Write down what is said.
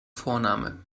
vorname